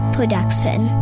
Production